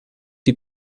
die